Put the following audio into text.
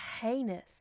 heinous